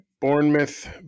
Bournemouth